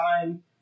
time